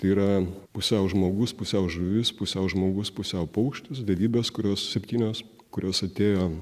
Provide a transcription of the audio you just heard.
tai yra pusiau žmogus pusiau žuvis pusiau žmogus pusiau paukštis dievybės kurios septynios kurios atėjo